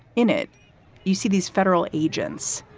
in it you see these federal agents,